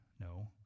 No